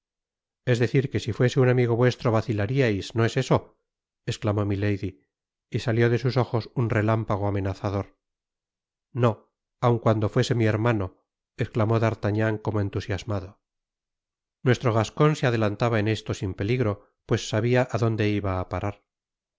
es decir que si fuese un amigo vuestro vacilariais no es eso esclamó milady y salió de sus ojos un relámpago amenazador no aun cuando fuese mi hermano esclamó d'artagnan como entusiasmado nuestro gascon se adelantaba en esto sin peligro pues sabia á donde iba á parar